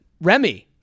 Remy